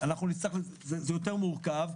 זה יותר מורכב,